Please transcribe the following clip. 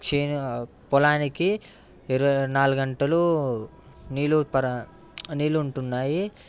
చేను పొలానికి ఇరవైనాలుగు గంటలు నీళ్ళు పర నీళ్ళు ఉంటున్నాయి